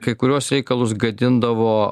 kai kuriuos reikalus gadindavo